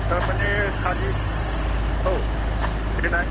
थारमाने काजि औ देनाय